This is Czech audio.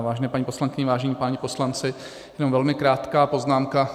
Vážené paní poslankyně, vážení páni poslanci, jenom velmi krátká poznámka.